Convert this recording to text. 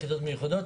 יחידות מיוחדות,